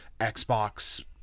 Xbox